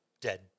dead